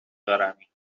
دارمی